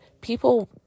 people